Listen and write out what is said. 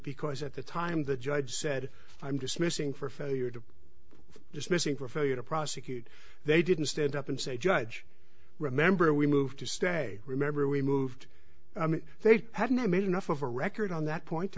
because at the time the judge said i'm dismissing for failure to just missing for you to prosecute they didn't stand up and say judge remember we moved to stay remember we moved they hadn't made enough of a record on that point to